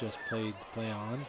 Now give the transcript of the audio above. just play on